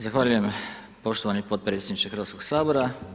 Zahvaljujem poštovani potpredsjedniče Hrvatskog sabora.